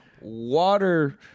water